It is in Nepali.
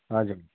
हजुर